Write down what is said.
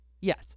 yes